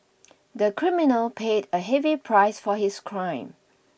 the criminal paid a heavy price for his crime